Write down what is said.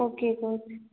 okay coach